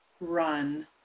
run